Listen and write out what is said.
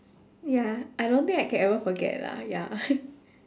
ya I don't think I can ever forget lah ya